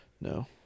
No